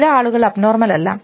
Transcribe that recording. ചില ആളുകൾ അബ്നോർമൽ അല്ല